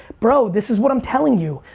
bro, this is what i'm telling you,